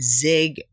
zig